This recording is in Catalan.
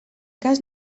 cas